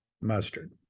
mustard